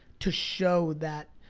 to show that?